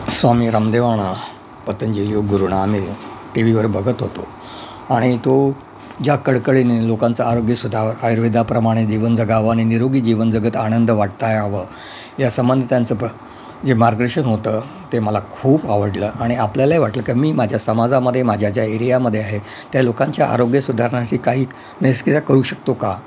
स्वामी रामदेवांना पतंजली गुरुना मी टी वीवर बघत होतो आणि तो ज्या कळकळीने लोकांचं आरोग्य सुधार आयुर्वेदाप्रमाणे जीवन जगावं आणि निरोगी जीवन जगत आनंद वाटता यावं या संबंधितांचं प्र जे मार्गदर्शन होतं ते मला खूप आवडलं आणि आपल्यालाही वाटलं का मी माझ्या समाजामध्ये माझ्या ज्या एरियामध्ये आहे त्या लोकांच्या आरोग्य सुधारण्याशी काही करू शकतो का